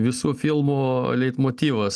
visų filmų leitmotyvas